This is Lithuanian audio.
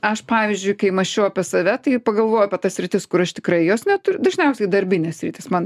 aš pavyzdžiui kai mąsčiau apie save tai pagalvojau apie tas sritis kur aš tikrai jos neturiu dažniausiai darbinė sritis man